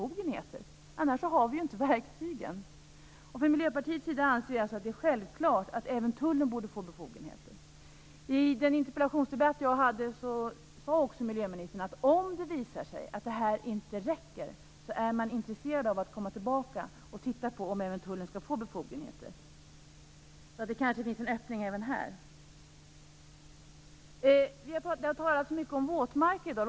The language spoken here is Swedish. Annars har vi inte verktygen. Från Miljöpartiets sida anser vi alltså att det är självklart att även Tullen skall få befogenheter. I den interpellationsdebatt som jag hade med miljöministern sade hon också att man, om det visar sig att det här inte räcker, är intresserad av att komma tillbaka och titta på om även tullen skall få befogenheter. Därför kanske det finns en öppning även i det här fallet. Det har talats mycket om våtmarker i dag.